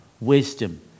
wisdom